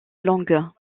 longues